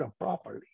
properly